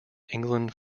england